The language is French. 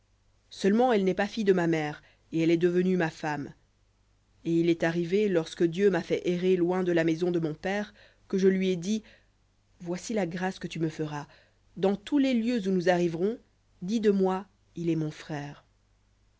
seulement elle n'est pas fille de ma mère et elle est devenue ma femme et il est arrivé lorsque dieu m'a fait errer loin de la maison de mon père que je lui ai dit voici la grâce que tu me feras dans tous les lieux où nous arriverons dis de moi il est mon frère